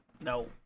No